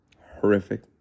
Horrific